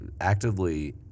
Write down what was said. actively